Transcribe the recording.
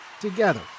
together